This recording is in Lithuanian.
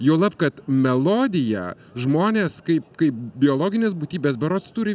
juolab kad melodiją žmonės kaip kaip biologinės būtybės berods turi